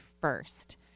first